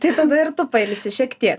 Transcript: tai tada ir tu pailsi šiek tie